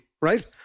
right